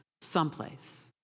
someplace